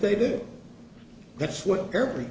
they did that's what every